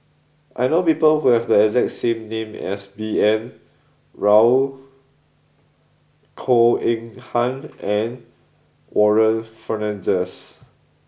I know people who have the exact name as B N Rao Goh Eng Han and Warren Fernandez